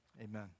amen